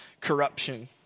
corruption